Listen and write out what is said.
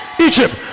Egypt